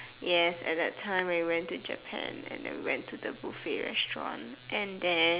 yes at that time when we went to Japan and then we went to the buffet restaurant and then